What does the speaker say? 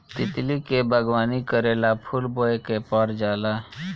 तितली के बागवानी करेला फूल बोए के पर जाला